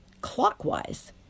clockwise